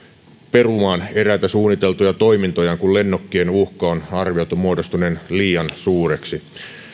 perumaan eräitä suunniteltuja toimintojaan kun lennokkien uhkan on arvioitu muodostuneen liian suureksi